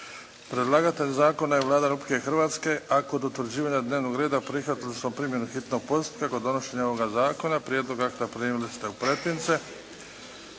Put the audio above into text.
Predlagatelj zakona je Vlada Republike Hrvatske, a kod utvrđivanja dnevnog reda prihvatili smo primjenu hitnog postupka kod donošenja ovoga zakona. Prijedlog akta primili ste u pretince.